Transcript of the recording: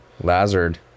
Lazard